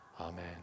Amen